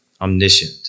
omniscient